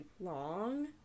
long